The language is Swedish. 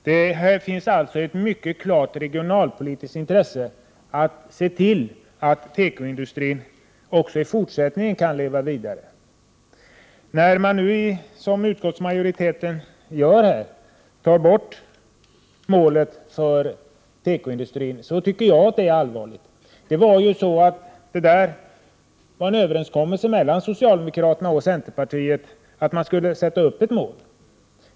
Det finns alltså mycket klart ett regionalpolitiskt intresse att se till att tekoindustrin också i fortsättningen kan leva vidare. Jag tycker att det är allvarligt när utskottsmajoriteten tar bort målet för tekoindustrin. Det fanns en överenskommelse mellan socialdemokraterna och centerpartiet att ett mål skulle sättas upp.